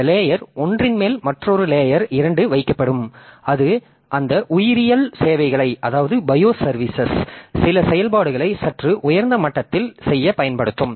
அந்த லேயர் ஒன்றின் மேல் மற்றொரு லேயர் 2 வைக்கப்படும் அது அந்த உயிரியல் சேவைகளை சில செயல்பாடுகளை சற்று உயர்ந்த மட்டத்தில் செய்ய பயன்படுத்தும்